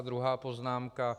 Druhá poznámka.